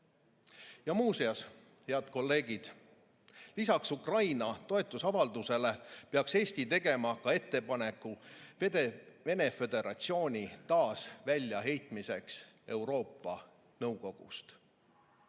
Muuseas, head kolleegid, lisaks Ukraina toetusavaldusele peaks Eesti tegema ettepaneku Vene Föderatsiooni taas väljaheitmiseks Euroopa Nõukogust.